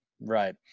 right